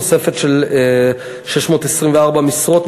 תוספת של 624 משרות,